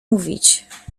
mówić